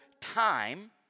time